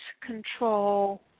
control